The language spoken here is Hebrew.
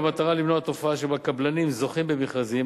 במטרה למנוע תופעה שבה קבלנים זוכים במכרזים